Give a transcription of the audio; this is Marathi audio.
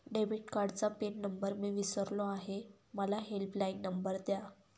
डेबिट कार्डचा पिन नंबर मी विसरलो आहे मला हेल्पलाइन नंबर द्या